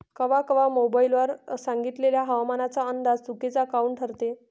कवा कवा मोबाईल वर सांगितलेला हवामानाचा अंदाज चुकीचा काऊन ठरते?